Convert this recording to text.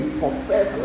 profess